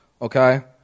okay